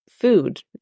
food